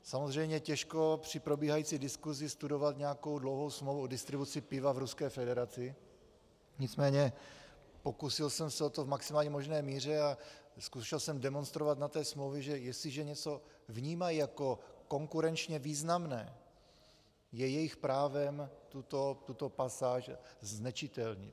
Samozřejmě těžko při probíhající diskusi studovat nějakou dlouhou smlouvu o distribuci piva v Ruské federaci, nicméně pokusil jsem se o to v maximálně možné míře a zkoušel jsem demonstrovat na té smlouvě, že jestliže něco vnímají jako konkurenčně významné, je jejich právem tuto pasáž znečitelnit.